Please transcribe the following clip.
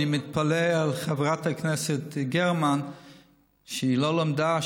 אני מתפלא על חברת הכנסת גרמן שהיא לא למדה,